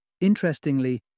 Interestingly